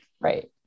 right